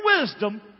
wisdom